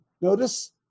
notice